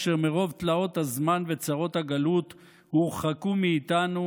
אשר מרוב תלאות הזמן וצרות הגלות הורחקו מאיתנו,